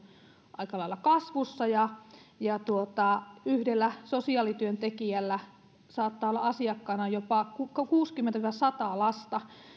aika lailla kasvussa ja ja yhdellä sosiaalityöntekijällä saattaa olla asiakkaana jopa kuusikymmentä viiva sata lasta